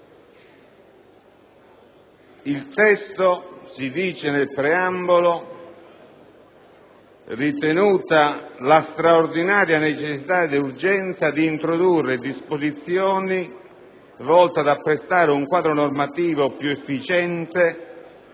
che recita come segue: «Ritenuta la straordinaria necessità ed urgenza di introdurre disposizioni volte ad apprestare un quadro normativo più efficiente